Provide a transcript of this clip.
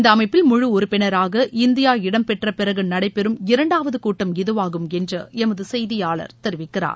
இந்த அமைப்பில் முழு உறுப்பினராக இந்தியா இடம்பெற்றபிறகு நடைபெறும் இரண்டாவது கூட்டம் இதுவாகும் என்று எமது செய்தியாளர் தெரிவிக்கிறார்